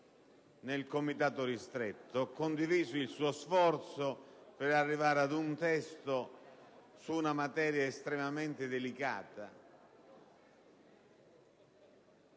nel Comitato ristretto; ho condiviso il suo sforzo per arrivare ad un testo su una materia estremamente delicata,